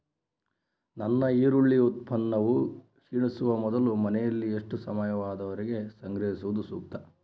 ನನ್ನ ಈರುಳ್ಳಿ ಉತ್ಪನ್ನವು ಕ್ಷೇಣಿಸುವ ಮೊದಲು ಮನೆಯಲ್ಲಿ ಎಷ್ಟು ಸಮಯದವರೆಗೆ ಸಂಗ್ರಹಿಸುವುದು ಸೂಕ್ತ?